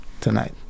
tonight